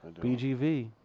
BGV